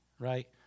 Right